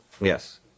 Yes